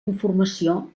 informació